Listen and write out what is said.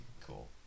Cool